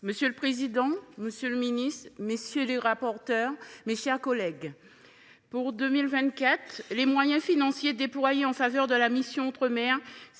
Monsieur le président, monsieur le ministre, mes chers collègues, pour 2024, les moyens financiers déployés en faveur de la mission « Outre mer